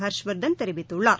ஹா்ஷ்வர்தன் தெரிவித்துள்ளார்